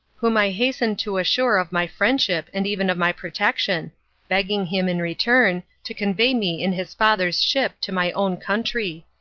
whom i hastened to assure of my friendship and even of my protection begging him, in return, to convey me in his father's ship to my own country.